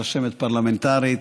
רשמת פרלמנטרית,